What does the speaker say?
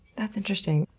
that's interesting.